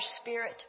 spirit